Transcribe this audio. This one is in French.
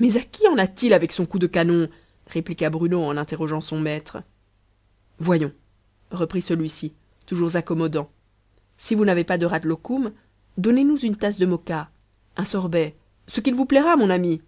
mais à qui en a-t-il avec son coup de canon répliqua bruno en interrogeant son maître voyons reprit celui-ci toujours accommodant si vous n'avez pas de rahtlokoum donnez-nous une tasse de moka un sorbet ce qu'il vous plaira mon ami